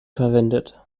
verwendet